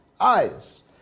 eyes